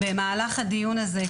במהלך הדיון הזה,